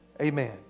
Amen